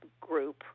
group